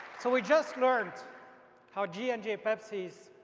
so we just learned how g and j's pepsi is